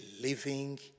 living